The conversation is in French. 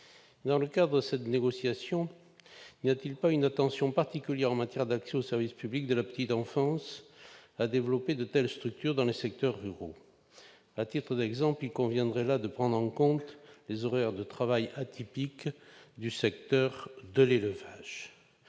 Dans le cadre de cette négociation, n'y a-t-il pas une attention particulière à avoir en matière d'accès au service public de la petite enfance, en développant de telles structures dans les secteurs ruraux ? À titre d'exemple, il conviendrait de prendre en compte les horaires de travail atypiques du secteur de l'élevage.